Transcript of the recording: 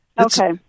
Okay